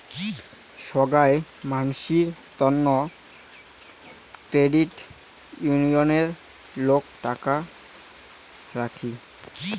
সোগাই মানসির তন্ন ক্রেডিট উনিয়ণে লোক টাকা রাখি